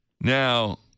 Now